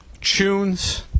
Tunes